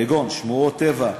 כגון שמורות טבע,